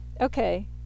okay